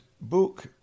book